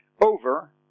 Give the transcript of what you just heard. over